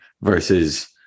versus